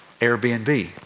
Airbnb